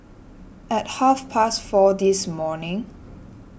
at half past four this morning